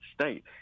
state